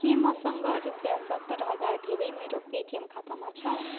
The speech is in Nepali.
के मसँग रुपियाँ सत्तर हजार धेरै मेरो पेटिएम खातामा छ